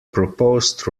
proposed